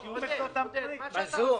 מנסור,